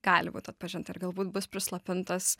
gali būt atpažinta ir galbūt bus prislopintas